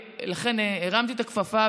לכן הרמתי את הכפפה,